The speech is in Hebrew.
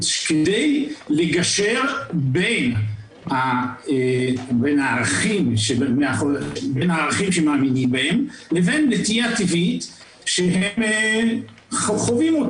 כדי לגשר בין הערכים שמאמינים בהם לבין נטייה טבעית שהם חווים,